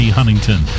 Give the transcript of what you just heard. Huntington